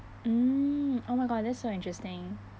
mm oh my god that's so interesting